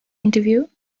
interview